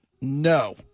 No